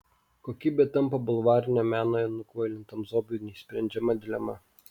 kokybė tampa bulvarinio meno nukvailintam zombiui neišsprendžiama dilema